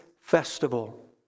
festival